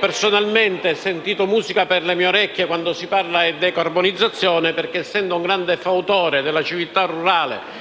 Personalmente ho sentito musica per le mie orecchie, quando si è parlato di decarbonizzazione perché, essendo un grande fautore della civiltà rurale,